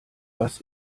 was